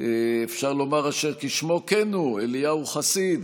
אשר אפשר לומר שכשמו כן הוא, אליהו חסיד.